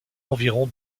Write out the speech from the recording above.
environ